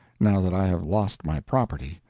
now that i have lost my property.